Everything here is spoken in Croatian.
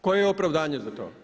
Koje je opravdanje za to?